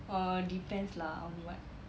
oh depends lah on what